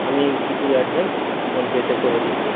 আমি কিছু অ্যাডভান্স ফোনপেতে করে দিচ্ছি